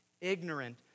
ignorant